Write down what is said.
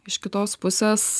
iš kitos pusės